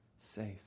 safe